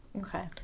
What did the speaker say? Okay